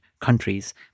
countries